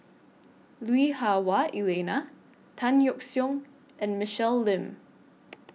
Lui Hah Wah Elena Tan Yeok Seong and Michelle Lim